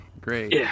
Great